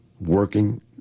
working